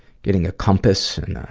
getting a compass and